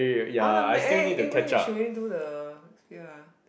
I want to make eh eh when we should we do the sphere ah